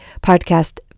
podcast